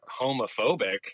homophobic